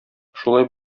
шулай